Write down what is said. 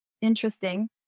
interesting